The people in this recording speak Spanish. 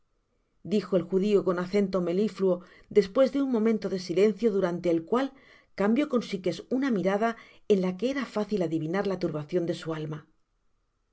dijo el judio con acento melifluo despues de un momento de silencio durante el cual cambió con sikes una mirada en la que era fácil adivinar la turbacion de su alma